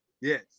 Yes